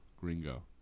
gringo